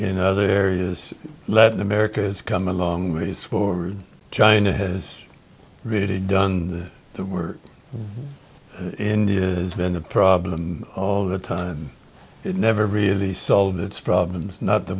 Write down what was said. in other areas let america has come a long ways forward china has really done the work india is been the problem all the time it never really solve its problems not the